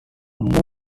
more